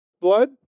blood